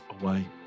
away